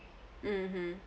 mmhmm